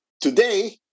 Today